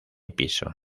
piso